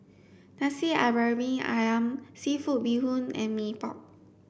Nasi Briyani Ayam seafood bee hoon and Mee Pok